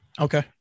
Okay